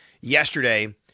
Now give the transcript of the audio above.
yesterday